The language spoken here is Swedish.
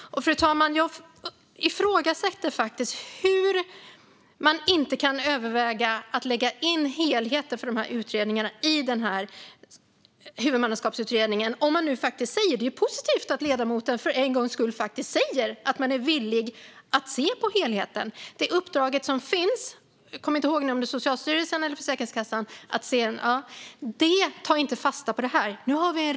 Fru talman! Jag ifrågasätter att man inte överväger att se på helheten i denna utredning. Det är positivt att ledamoten säger att man är villig att se på helheten, men det uppdrag som finns tar inte fasta på detta.